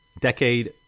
decade